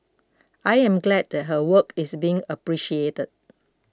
I am glad that her work is being appreciated